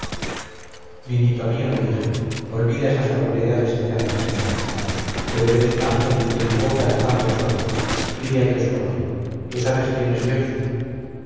niñito mío le dije olvida esas barbaridades que te han enseñado pero eres un ángel y en tu boca el fango es oro pide a dios por mí tú sabes quién es dios